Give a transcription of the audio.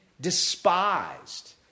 despised